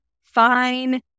Fine